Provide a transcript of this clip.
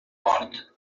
mort